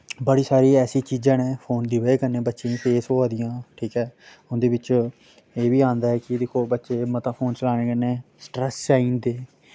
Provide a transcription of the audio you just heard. बड़ी सारी ऐसी चीजां न फोन दी बजह कन्नै बच्चें गी फेस होआ दियां ठीक ऐ ते उंदे बिच एह्बी आंदा कि दिक्खो बच्चे मता फोन चलाने कन्नै स्ट्रैस च आई जंदे